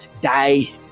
die